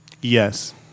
Yes